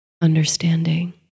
understanding